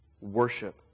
worship